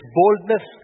boldness